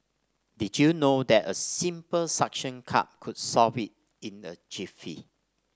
did you know that a simple suction cup could solve it in a jiffy